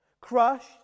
Crushed